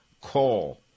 Coal